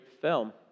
film